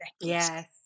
yes